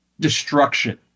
destruction